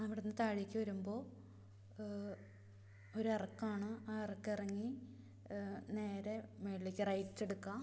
അവിടുന്ന് താഴേക്ക് വരുമ്പോള് ഒരിറക്കമാണ് ആ ഇറക്കമിറങ്ങി നേരെ മേളിലേക്ക് റൈറ്റെടുക്കുക